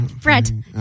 Fred